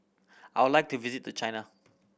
I would like to visit China